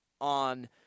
on